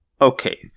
Okay